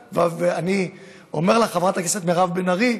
ואני אומר לך, חברת הכנסת מירב בן ארי,